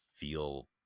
Feel